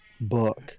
book